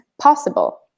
possible